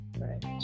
Right